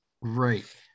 right